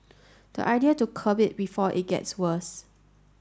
the idea to curb it before it gets worse